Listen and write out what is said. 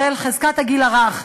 של חזקת הגיל הרך,